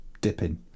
dipping